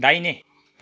दाहिने